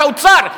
שר האוצר,